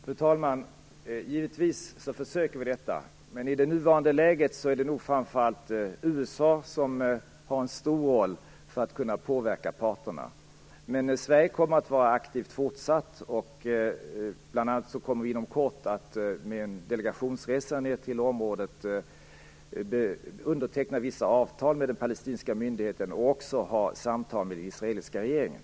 Fru talman! Givetvis försöker vi detta, men i det nuvarande läget är det framför allt USA som spelar stor roll när det gäller att påverka parterna. Men Sverige kommer att vara fortsatt aktivt. En delegation kommer bl.a. inom kort att resa ned till området och underteckna vissa avtal med den palestinska myndigheten, och också föra samtal med den israeliska regeringen.